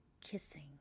kissing